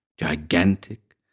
gigantic